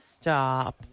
Stop